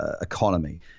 economy